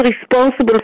responsible